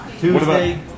Tuesday